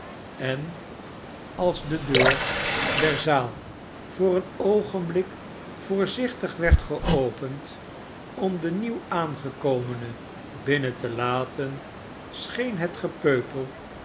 en als de in het parlementsgebouw deur der zaal voor een oogenblik voorzichtig werd geopend om den nieuw aangekomene binnen te laten scheen het gepeupel